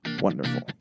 wonderful